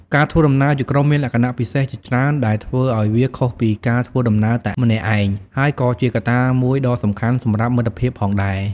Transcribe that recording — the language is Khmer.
ការធ្វើដំណើរជាក្រុមមានលក្ខណៈពិសេសជាច្រើនដែលធ្វើឱ្យវាខុសពីការធ្វើដំណើរតែម្នាក់ឯង ហើយក៏ជាកត្តាមួយដ៏សំខាន់សម្រាប់មិត្តភាពផងដែរ។